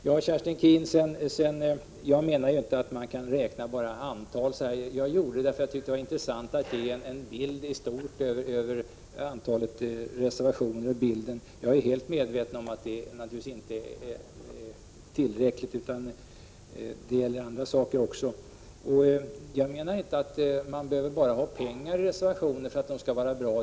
Jag menar inte, Kerstin Keen, att det bara är fråga om att räkna antalet reservationer. Jag gjorde det därför att jag tyckte det var intressant att ge en beskrivning i stort av detta, men jag är helt medveten om att det inte gör bilden fullständig. Naturligtvis är även andra saker viktiga i sammanhanget. Jag vill också säga att de förslag som framförs i reservationer inte behöver kosta pengar för att de skall vara bra.